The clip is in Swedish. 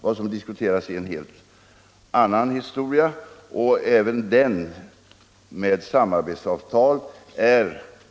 Vad som diskuterats är en helt annan historia, nämligen ett samarbetsavtal.